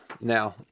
now –